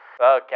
Okay